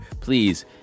please